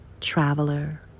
traveler